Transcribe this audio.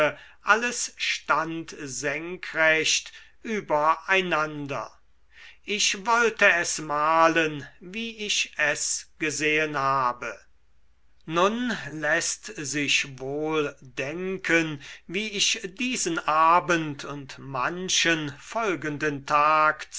alles stand senkrecht über einander ich wollte es malen wie ich es gesehn habe nun läßt sich wohl denken wie ich diesen abend und manchen folgenden tag